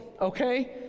okay